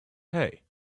hey